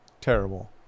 Terrible